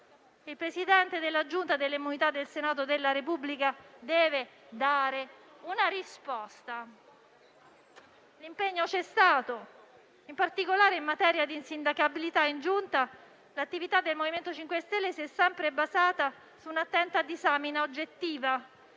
Il presidente della Giunta delle elezioni e delle immunità del Senato della Repubblica deve dare una risposta. L'impegno c'è stato. In particolare, in materia di insindacabilità in Giunta l'attività del MoVimento 5 Stelle si è sempre basata su un'attenta disamina oggettiva,